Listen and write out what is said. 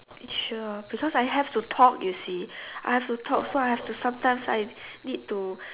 sure because I have to talk you see I have to talk so I have to sometimes I need to